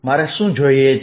મારે શું જોઈએ છે